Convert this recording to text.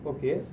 Okay